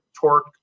torque